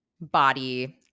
body